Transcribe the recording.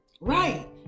Right